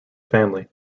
family